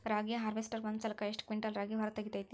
ರಾಗಿಯ ಹಾರ್ವೇಸ್ಟರ್ ಒಂದ್ ಸಲಕ್ಕ ಎಷ್ಟ್ ಕ್ವಿಂಟಾಲ್ ರಾಗಿ ಹೊರ ತೆಗಿತೈತಿ?